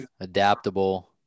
adaptable